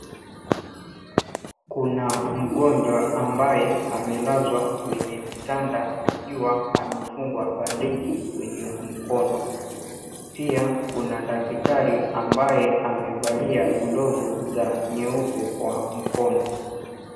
Kuna mgonjwa ambaye amelazwa kwenye kitanda akiwa amefungwa bandeji kwenye mkono. Pia kuna daktari ambaye amevalia glovu za nyeupe kwa mkono.